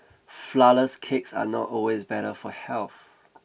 flourless cakes are not always better for health